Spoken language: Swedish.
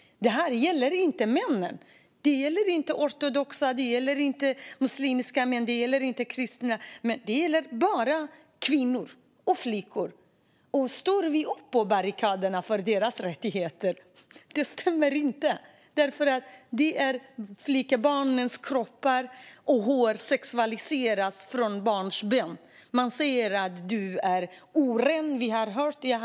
Det här gäller inte männen, det gäller inte ortodoxa, muslimska eller kristna män, utan det gäller bara kvinnor och flickor. Står vi på barrikaderna för deras rättigheter? Det stämmer inte. Flickebarnens kroppar och hår sexualiseras från barnsben. Man säger: Du är oren. Jag har hört det.